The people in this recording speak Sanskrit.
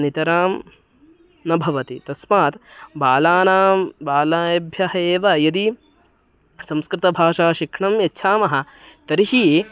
नितरां न भवति तस्मात् बालानां बालेभ्यः एव यदि संस्कृतभाषा शिक्षणं यच्छामः तर्हि